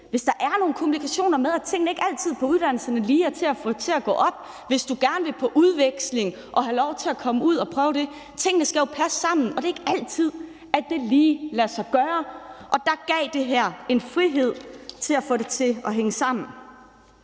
hvis der er nogle komplikationer, i forbindelse med at tingene ikke altid på uddannelserne lige er til at få til at gå op; eller hvis du gerne vil på udveksling og have lov til at komme ud og prøve det. Tingene skal jo passe sammen, og det er ikke altid, at det lige lader sig gøre. Der gav det her en frihed til at få det til at hænge sammen.